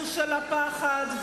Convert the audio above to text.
של האיומים והפחד.